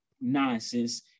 nonsense